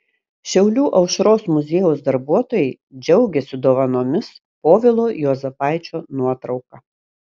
šiaulių aušros muziejaus darbuotojai džiaugiasi dovanomis povilo juozapaičio nuotrauka